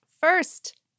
first